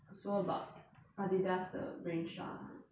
so about adidas 的 range lah